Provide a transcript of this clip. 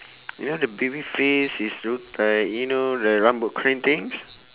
you know the baby face is look like you know the things